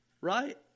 Right